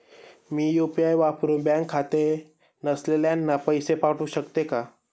मी UPI वापरुन bank खाते नसलेल्यांना पैसे पाठवू शकते का?